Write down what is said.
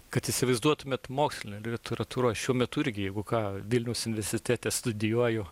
kad įsivaizduotumėt mokslinę literatūrą šiuo metu irgi jeigu kąvilniaus universitete studijuoju